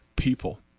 People